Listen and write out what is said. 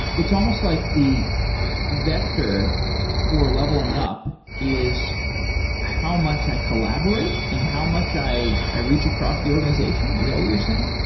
it's almost like the vector for leveling up is how much i collaborate and how much i i reach across the organization? is that what you're saying?